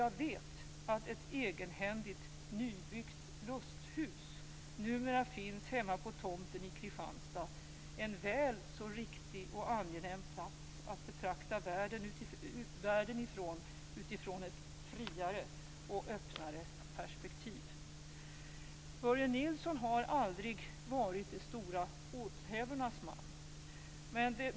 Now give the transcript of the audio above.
Jag vet att ett egenhändigt nybyggt lusthus numera finns hemma på tomten i Kristianstad, en väl så riktig och angenäm plats att betrakta världen från, utifrån ett friare och öppnare perspektiv. Börje Nilsson har aldrig varit de stora åthävornas man.